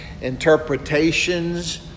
interpretations